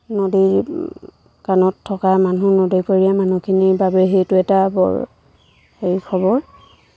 নদীৰ কাণত থকা মানুহ নদীপৰীয়া মানুহখিনিৰ বাবে সেইটো এটা বৰ হেৰি খবৰ